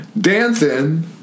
dancing